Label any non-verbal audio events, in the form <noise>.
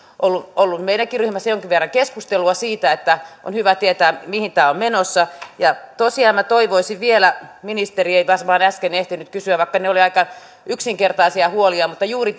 ollut ollut meidänkin ryhmässä jonkin verran keskustelua siitä että on hyvä tietää mihin tämä on menossa ja tosiaan minä toivoisin vielä ministeri ei varmaan äsken ehtinyt vastata vaikka ne olivat aika yksinkertaisia huolia vastausta juuri <unintelligible>